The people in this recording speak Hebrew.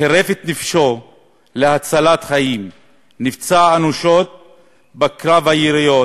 חירף את נפשו להצלת חיים, נפצע אנושות בקרב היריות